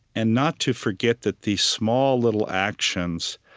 and not to forget that these small, little actions,